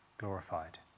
glorified